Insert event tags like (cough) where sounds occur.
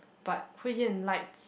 (unintelligible)